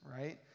right